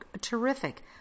Terrific